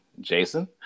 Jason